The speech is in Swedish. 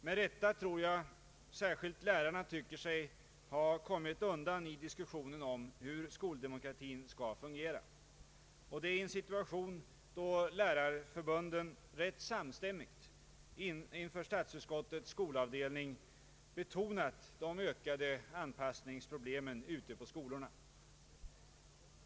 Med rätta tror jag att särskilt lärarna anser sig ha kommit undan i diskussionen om hur skoldemokratin skall fungera, och det i en situation då lärarförbunden ganska samstämmigt inför statsutskottets skolavdelning betonat de ökade anpassningsproblemen ute på skolorna.